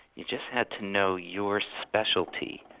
you just had to know your specialty,